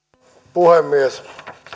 puhemies